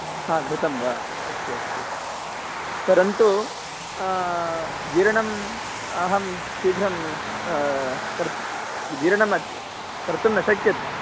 हा घृतं वा अस्तु अस्तु परन्तु जीर्णम् अहं शीघ्रं जीर्णं कर्तुं न शक्यते